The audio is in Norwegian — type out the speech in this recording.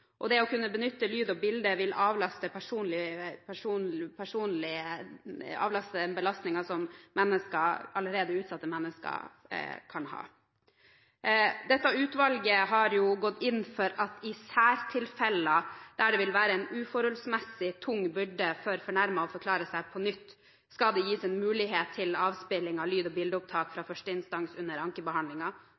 lagmannsretten. Det å kunne benytte lyd og bilde vil lette belastningen for allerede utsatte mennesker. Dette utvalget har gått inn for at i særtilfeller, der det vil være en uforholdsmessig tung byrde for fornærmede å forklare seg på nytt, skal det gis en mulighet for avspilling av lyd- og bildeopptak fra førsteinstans under